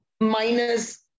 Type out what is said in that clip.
minus